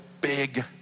big